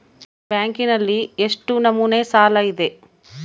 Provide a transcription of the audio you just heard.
ಬ್ಯಾಂಕಿನಲ್ಲಿ ಎಷ್ಟು ನಮೂನೆ ಸಾಲ ಇದೆ?